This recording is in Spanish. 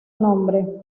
nombre